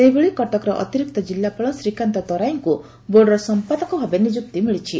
ସେହିଭଳି କଟକର ଅତିରିକ୍ତ ଜିଲ୍ଲାପାଳ ଶ୍ରୀକାନ୍ତ ତରାଇଙ୍କୁ ବୋର୍ଡ୍ର ସମ୍ଭାଦକ ଭାବେ ନିଯୁକ୍ତି ମିଳିଛି